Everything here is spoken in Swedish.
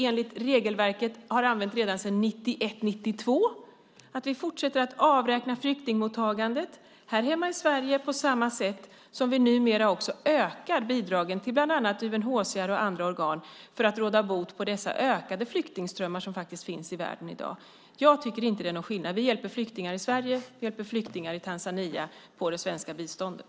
Enligt det regelverk som vi har använt sedan 1991/92 fortsätter vi att avräkna flyktingmottagandet här hemma i Sverige på samma sätt som vi numera också ökar bidragen till bland annat UNHCR och andra organ för att råda bot på de ökade flyktingströmmar som faktiskt finns i världen i dag. Jag tycker inte att det är någon skillnad. Vi hjälper flyktingar i Sverige, och vi hjälper flyktingar i Tanzania med det svenska biståndet.